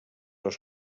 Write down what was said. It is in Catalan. les